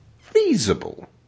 feasible